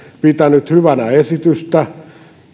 pitänyt hyvänä esitystä